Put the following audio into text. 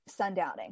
sundowning